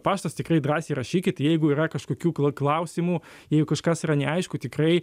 paštas tikrai drąsiai rašykit jeigu yra kažkokių klausimų jeigu kažkas yra neaišku tikrai